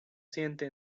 siente